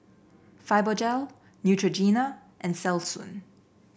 Fibogel Neutrogena and Selsun